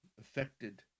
affected